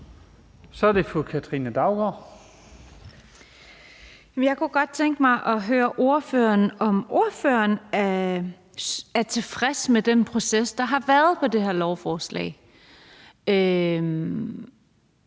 Kl. 22:46 Katrine Daugaard (LA): Jeg kunne godt tænke mig at høre, om ordføreren er tilfreds med den proces, der har været ved det her lovforslag, både